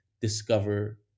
discover